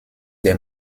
des